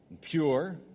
pure